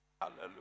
Hallelujah